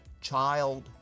child